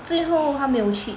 最后他没有去